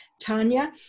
Tanya